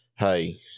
hey